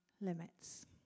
limits